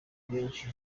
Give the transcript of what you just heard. henshi